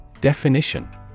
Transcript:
Definition